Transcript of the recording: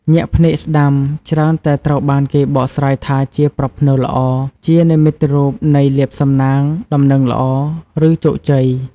ញាក់ភ្នែកស្តាំ ច្រើនតែត្រូវបានគេបកស្រាយថាជាប្រផ្នូល ល្អ ជានិមិត្តរូបនៃលាភសំណាង ដំណឹងល្អ ឬជោគជ័យ។